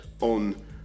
on